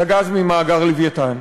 לגז ממאגר "לווייתן".